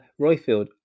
Royfield